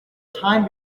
time